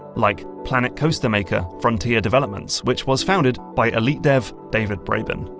like planet coaster maker frontier developments, which was founded by elite dev david braben.